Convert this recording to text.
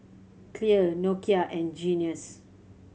Clear Nokia and Guinness